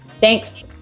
thanks